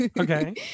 Okay